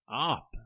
up